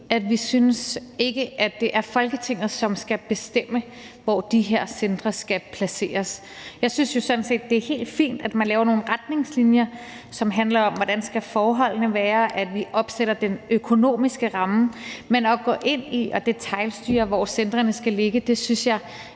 synes ikke, at det er Folketinget, som skal bestemme, hvor de her centre skal placeres. Jeg synes jo sådan set, at det er helt fint, at man laver nogle retningslinjer, som handler om, hvordan forholdene skal være, og at vi opsætter den økonomiske ramme, men at gå ind og detailstyre, hvor centrene skal ligge, synes jeg